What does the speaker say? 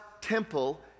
temple